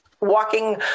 walking